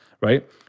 right